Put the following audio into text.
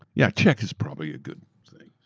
yeah, check is probably a good thing.